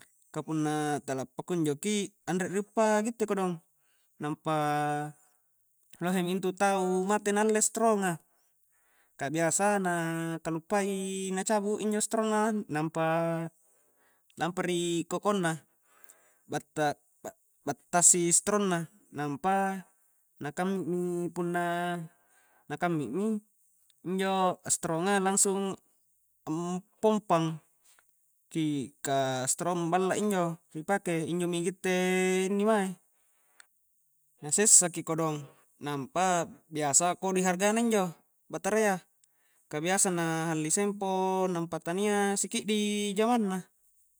Ka punna tala pakunjo ki anre ri uppa gitte kodong, nampa lohemi intu tau mate na alle setrongnga ka biasa na kallupai i na cabuk injo setrongna nampa lampa ri kokonna batta-battasi setrong na, nampa na kammi mi punna-na kammi mi injo setrongnga langsung pompang ki ka setrong balla injo ri pake, injomi gitte inni mae na sessaki kodong, nampa biasa kodi harga na injo batarayya ka biasa na halli sempo nampa tania sikiddi jamanna